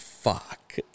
Fuck